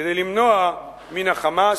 כדי למנוע מן ה"חמאס"